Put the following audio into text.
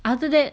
other that